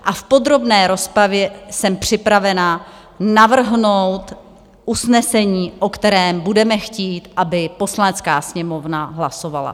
V podrobné rozpravě jsem připravena navrhnout usnesení, o kterém budeme chtít, aby Poslanecká sněmovna hlasovala.